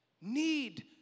need